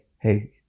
hey